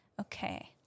okay